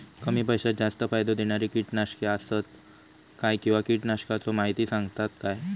कमी पैशात जास्त फायदो दिणारी किटकनाशके आसत काय किंवा कीटकनाशकाचो माहिती सांगतात काय?